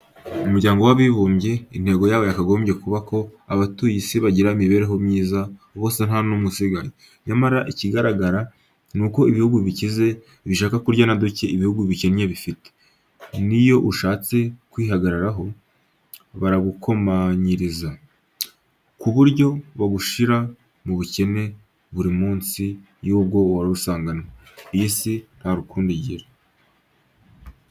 Umuryango w'abibumbye, intego yawo yagombye kuba ko abatuye isi bagira imibereho myiza, bose nta n'umwe usigaye. Nyamara ikigaragara ni uko ibihugu bikize bishaka kurya na duke ibihugu bikennye bifite. N'iyo ushatse kwihagararaho, baragukomanyiriza, ku buryo bagushyira mu bukene buri munsi y'ubwo warusanganwe. Iyi si nta rukundo igira.